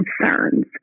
concerns